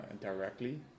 directly